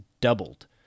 doubled